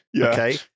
okay